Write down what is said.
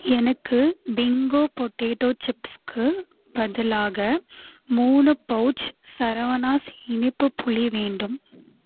எனக்கு Bingo potato சிப்ஸுக்கு பதிலாக மூணு பவுச் சரவணாஸ் இனிப்புப் புளி வேண்டும்